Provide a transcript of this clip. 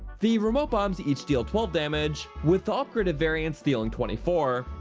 the remote bombs each deal twelve damage, with the upgraded variants dealing twenty four.